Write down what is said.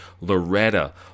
Loretta